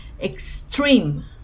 extreme